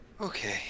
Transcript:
Okay